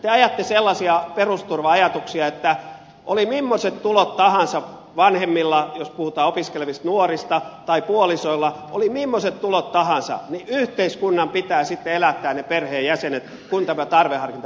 te ajatte sellaisia perusturva ajatuksia että oli mimmoiset tulot tahansa vanhemmilla jos puhutaan opiskelevista nuorista tai oli puolisolla mimmoiset tulot tahansa niin yhteiskunnan pitää sitten elättää ne perheenjäsenet kun tämä tarveharkinta poistetaan